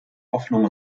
hoffnung